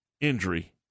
injury